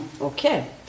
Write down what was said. okay